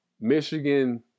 Michigan